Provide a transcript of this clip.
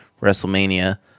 WrestleMania